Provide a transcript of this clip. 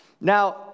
Now